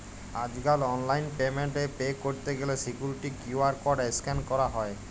আজ কাল online payment এ পে ক্যরত গ্যালে সিকুইরিটি কিউ.আর কড স্ক্যান ক্যরা হ্য়